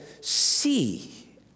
see